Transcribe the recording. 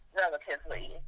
relatively